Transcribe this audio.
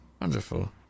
Wonderful